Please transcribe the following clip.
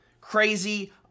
crazy